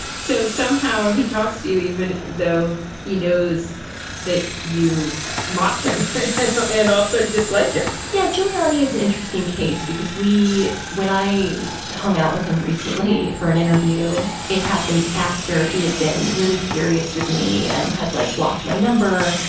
so somehow he talks to you, even though he knows that you mock him and also dislike him yeah giuliani is an interesting case because we when i hung out with him recently for an interview, it happened after he had been really furious with me and had like blocked my number.